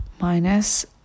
minus